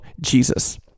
Jesus